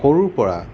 সৰুৰ পৰা